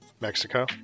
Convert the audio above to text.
Mexico